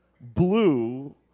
Blue